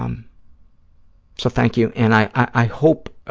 um so, thank you, and i i hope,